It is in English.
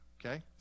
okay